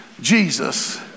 Jesus